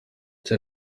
ese